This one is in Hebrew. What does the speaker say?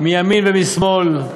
מימין ומשמאל.